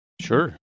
sure